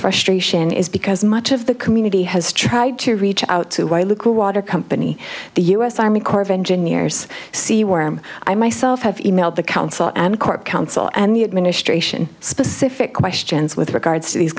frustration is because much of the community has tried to reach out to white liquid water company the us army corps of engineers see where i myself have emailed the council and court counsel and the administration specific questions with regards to these